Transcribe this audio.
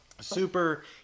super